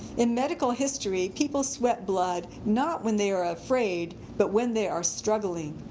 in medical history, people sweat blood not when they are afraid, but when they are struggling.